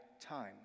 time